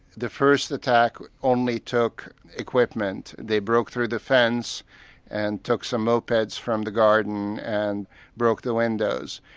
the first attack only took equipment. they broke through the fence and took some mopeds from the garden and broke the windows.